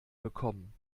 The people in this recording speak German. bekommen